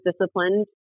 disciplined